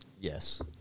Yes